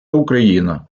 україна